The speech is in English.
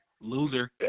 Loser